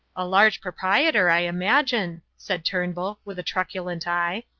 a large proprietor, i imagine, said turnbull, with a truculent eye.